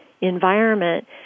environment